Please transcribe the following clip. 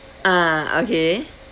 ah okay